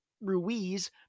Ruiz